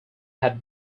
had